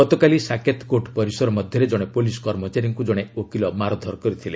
ଗତକାଲି ସାକେତ କୋର୍ଟ୍ ପରିସର ମଧ୍ୟରେ ଜଣେ ପୁଲିସ୍ କର୍ମଚାରୀଙ୍କୁ କଣେ ଓକିଲ ମାରଧର କରିଥିଲେ